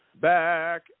Back